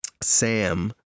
Sam